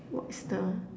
what is the